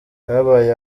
habaye